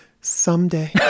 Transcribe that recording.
someday